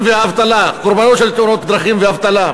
הדרכים ובאבטלה, קורבנות של תאונות דרכים ואבטלה.